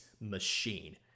machine